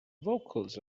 vocals